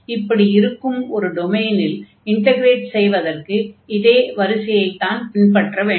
இப்படி இருக்கும் ஒரு டொமைனில் இன்டக்ரேட் செய்யவதற்கு இதே வரிசையைத்தான் பின்பற்ற வேண்டும்